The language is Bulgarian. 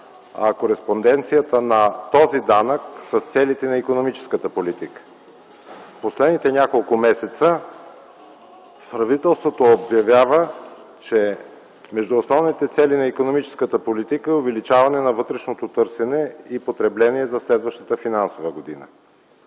на кореспонденцията на този данък с целите на икономическата политика. В последните няколко месеца правителството обявява, че между основните цели на икономическата политика е увеличаване на вътрешното търсене и потребление за следващата финансова година.